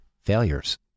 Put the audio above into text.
failures